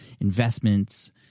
investments